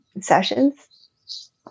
sessions